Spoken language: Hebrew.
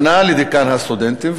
פנה לדיקן הסטודנטים,